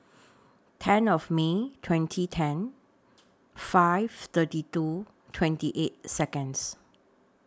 ten of May twenty ten five thirty two twenty eight Seconds